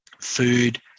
food